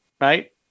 right